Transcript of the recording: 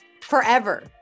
forever